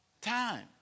time